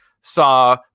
Saw